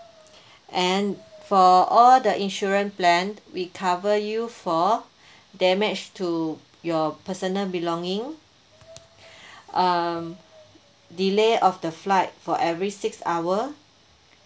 and for all the insurance plan we cover you for damage to your personal belonging um delay of the flight for every six hour